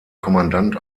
kommandant